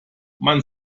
man